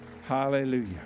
Hallelujah